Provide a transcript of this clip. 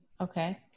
Okay